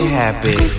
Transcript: happy